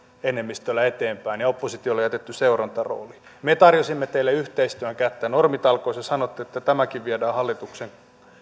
enemmistöllä eteenpäin ja oppositiolle on jätetty seurantarooli me tarjosimme teille yhteistyön kättä normitalkoissa sanotte että tämäkin viedään hallituksen